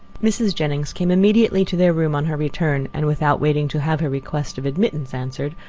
mrs. jennings came immediately to their room on her return, and without waiting to have her request of admittance answered,